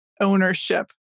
ownership